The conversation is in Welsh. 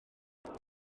beth